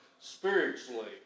spiritually